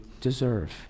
deserve